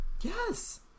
Yes